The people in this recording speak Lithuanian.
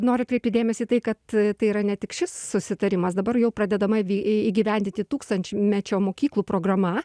noriu atkreipti dėmesį tai kad tai yra ne tik šis susitarimas dabar jau pradedama į į įgyvenditi tūkstantmečio mokyklų programa